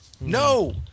No